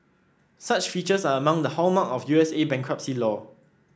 such features are among the hallmark of U S A bankruptcy law